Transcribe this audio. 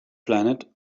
planet